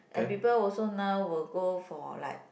and people also now will go for like